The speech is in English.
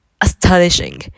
astonishing